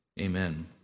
Amen